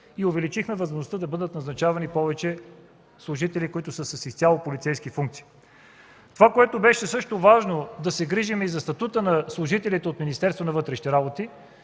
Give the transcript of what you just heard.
и увеличихме възможността да бъдат назначавани повече служители, които са с изцяло полицейски функции. Това, което беше също важно – да се грижим и за статута на служителите на Министерството на вътрешните работи,